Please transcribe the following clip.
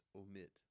omit